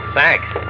Thanks